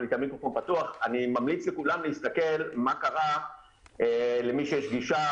אני ממליץ לכולם להסתכל מה קרה למי שיש גישה